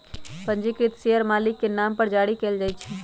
पंजीकृत शेयर मालिक के नाम पर जारी कयल जाइ छै